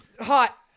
hot